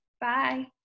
Bye